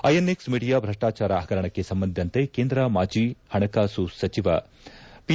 INX Media ಭ್ರಷ್ಲಾಚಾರ ಪಗರಣಕ್ಕೆ ಸಂಬಂಧಿಸಿದಂತೆ ಕೇಂದ್ರ ಮಾಜಿ ಪಣಕಾಸು ಸಚಿವ ಪಿ